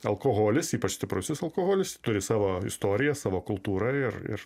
alkoholis ypač stiprusis alkoholis turi savo istoriją savo kultūrą ir ir